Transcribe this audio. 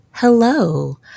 Hello